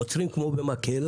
עוצרים כמו במקהלה,